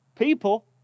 People